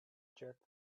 jerk